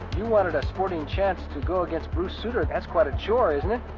you wanted a sporting chance to go against bruce sutter. that's quite a chore, isn't it?